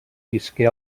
visqué